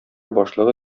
башлыгы